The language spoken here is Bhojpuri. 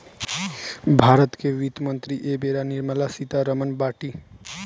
भारत के वित्त मंत्री एबेरा निर्मला सीता रमण बाटी